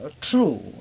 true